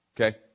okay